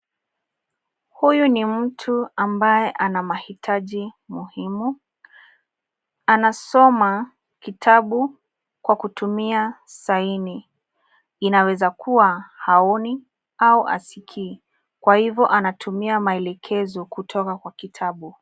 Huyu ni mtu ambaye ana mahitaji muhimu. Anasoma kitabu kwa kutumia saini, inawezakuwa haoni au hasikii kwa hivyo anatumia maelekezo kutoka kwa kitabu.